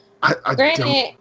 Granted